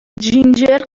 جینجر